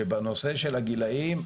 שבנושא של הגילאים,